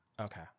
Okay